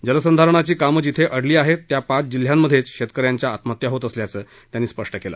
जलसंधारणाची कामं जिथे अडली आहेत त्या पाच जिल्ह्यातच शेतकऱ्यांच्या आत्महत्या होत असल्याचं त्यांनी यावेळी नमूद केलं